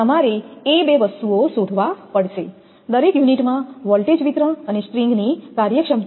તમારે બે વસ્તુઓ શોધવા પડશે દરેક યુનિટ માં વોલ્ટેજ વિતરણ અને સ્ટ્રિંગની કાર્યક્ષમતા